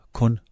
kun